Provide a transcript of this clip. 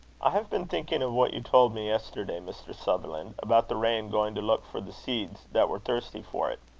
i have been thinking of what you told me yesterday, mr. sutherland, about the rain going to look for the seeds that were thirsty for it.